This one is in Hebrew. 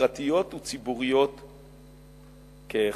פרטיות וציבוריות כאחד.